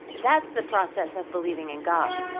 that's the process of believing in god.